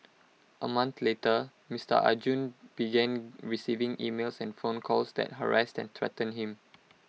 A month later Mister Arjun began receiving emails and phone calls that harassed and threatened him